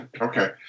Okay